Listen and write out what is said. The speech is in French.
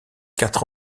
quatre